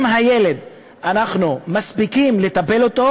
אם אנחנו מספיקים לטפל בילד,